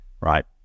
right